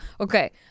Okay